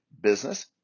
business